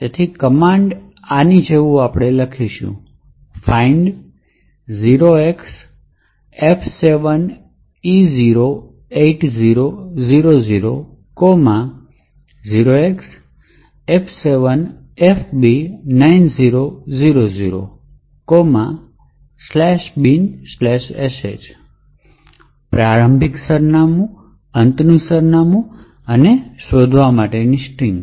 તેથી કમાન્ડ આની જેમ શરૂ થાય છે તે gdb find 0xF7E08000 0xF7FB9000 "binsh" પ્રારંભિક સરનામું અંતનું સરનામું અને શોધવા માટેની સ્ટ્રિંગ છે